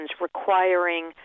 requiring